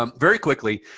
um very quickly,